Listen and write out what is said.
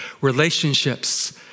relationships